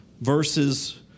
verses